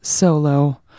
Solo